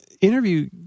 Interview